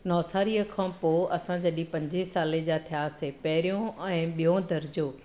नवसारीअ खां पोइ असां जॾहिं पंजें साले जा थियासीं पहरियों ऐं ॿियो दर्जो